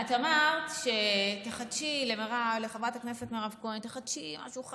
את אמרת לחברת הכנסת מירב כהן: תחדשי משהו.